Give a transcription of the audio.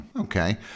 Okay